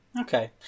okay